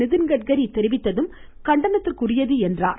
நிதின்கட்கரி தெரிவித்ததும் தர இயலாது கண்டனத்திற்குரியது என்றார்